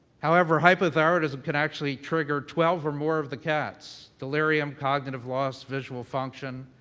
however, hypothyroidism can actually trigger twelve or more of the cats delirium, cognitive loss, visual function,